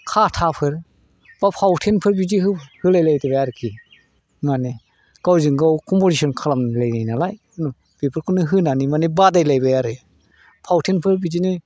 खाथाफोर बा फावथेनफोर बिदि होलायलायबाय आरोखि माने गावजोंं गाव कम्पिटिस'न खालामलायनाय नालाय बेफोरखौनो होनानै माने बादायलायबाय आरो फावथेनफोर बिदिनो